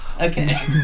Okay